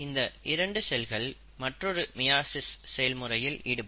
இந்த இரண்டு செல்கள் மற்றொரு மியாசிஸ் செயல் முறையில் ஈடுபடும்